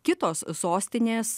kitos sostinės